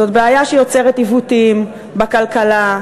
זאת בעיה שיוצרת עיוותים בכלכלה,